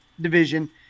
division